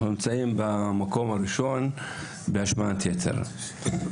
אנחנו נמצאים במקום הראשון בהשמנת יתר.